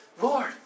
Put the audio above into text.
Lord